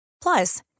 Plus